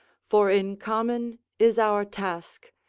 for in common is our task,